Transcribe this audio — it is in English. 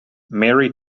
mary